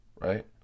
Right